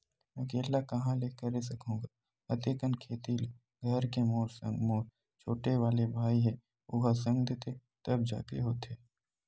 अकेल्ला काँहा ले करे सकहूं गा अते कन खेती ल घर के मोर संग मोर छोटे वाले भाई हे ओहा संग देथे तब जाके होथे